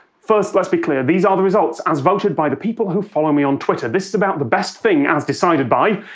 first, let's be clear these are ah the results as voted by the people who follow me on twitter. this is about the best thing as decided by,